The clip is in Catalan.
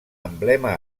emblema